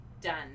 done